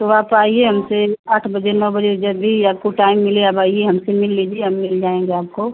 तो आप आइए हमसे आठ बजे नौ बजे जब भी आपको टाइम मिले आप आइये हमसे मिल लीजिए हम मिल जाएँगे आपको